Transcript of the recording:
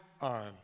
on